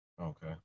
Okay